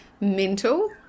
mental